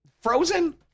frozen